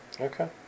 Okay